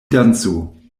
dancu